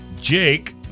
Jake